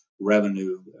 Revenue